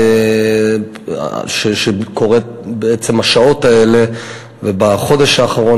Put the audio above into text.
שקורית בשעות האלה ובחודש האחרון,